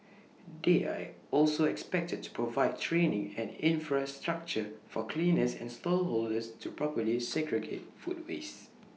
they are also expected to provide training and infrastructure for cleaners and stall holders to properly segregate food waste